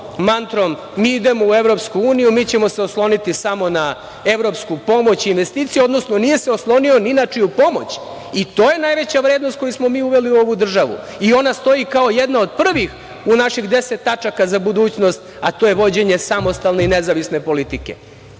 mantrom – mi idemo u EU, mi ćemo se osloniti samo na evropsku pomoć i investicije, odnosno nije se oslonio ni na čiju pomoć. I to je najveća vrednost koju smo mi uveli u ovu državu i ona stoji kao jedna od prvih u naših 10 tačaka za budućnost, a to je vođenje samostalne i nezavisne politike. Zato